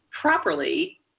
properly